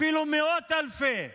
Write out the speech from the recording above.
אפילו מאות אלפים